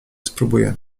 spróbuję